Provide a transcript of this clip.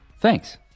Thanks